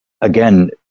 again